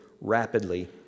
rapidly